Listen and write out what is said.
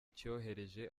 cyohereje